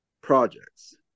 projects